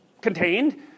contained